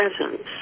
presence